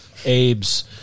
Abe's